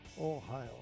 Ohio